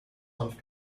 hanf